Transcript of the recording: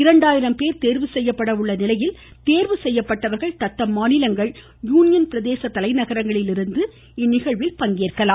இரண்டாயிரம் பேர் தேர்வு செய்யப்பட உள்ள நிலையில் தேர்வு செய்யப்பட்டவர்கள் தத்தம் மாநிலங்கள் யூனியன் பிரதேச தலைநகரங்களில் இருந்து இந்நிகழ்வில் பங்கேற்கலாம்